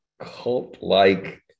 cult-like